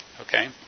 Okay